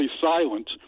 silent